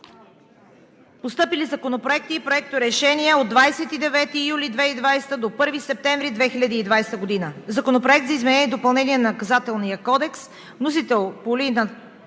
Постъпили законопроекти и проекторешения от 29 юли 2020 г. до 1 септември 2020 г.: Законопроект за изменение и допълнение на Наказателния кодекс.